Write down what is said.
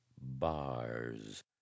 bars